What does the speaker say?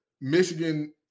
Michigan